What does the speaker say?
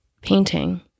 painting